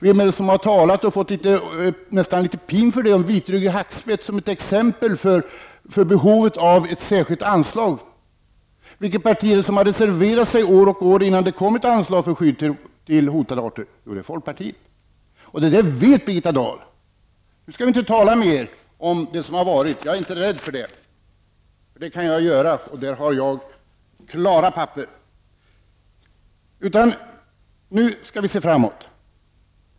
Vem är det som har talat om -- och nästan fått litet pin för det -- den vitryggiga hackspetten som exempel på behovet av ett särskilt anslag? Vilket parti är det som år efter år har reserverat sig innan det kom ett anslag till skydd för hotade arter? Jo, det är folkpartiet, och det vet Birgitta Dahl. Nu skall vi inte tala om det som har varit. Jag är inte rädd för det. Jag kan göra det, och där har jag klara papper. Nu skall vi se framåt.